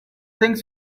things